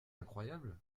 incroyable